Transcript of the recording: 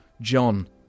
John